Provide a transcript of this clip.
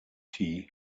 tea